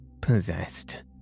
possessed